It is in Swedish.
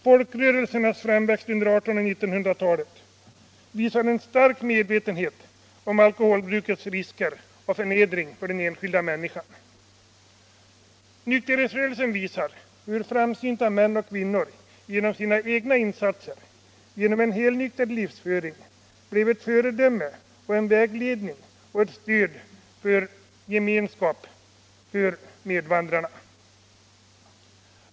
Folkrörelsernas framväxt under 1800 och 1900-talen visar en stark medvetenhet om alkoholbrukets risker och förnedring för den enskilda människan. Nykterhetsrörelsen visar hur framsynta män och kvinnor genom sina egna insatser, genom en helnykter livsföring, blev ett föredöme, en vägledning och ett stöd för gemenskap med medvandrarna.